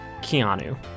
Keanu